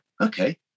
okay